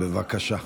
בבקשה.